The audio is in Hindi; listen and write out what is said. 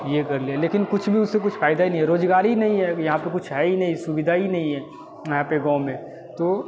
ये कर ले लेकिन कुछ भी उससे कुछ फ़ायदा नहीं है रोज़गार ही नहीं है अभी यहाँ पे कुछ है ही नहीं सुविधा ही नहीं है यहाँ पे गाँव में तो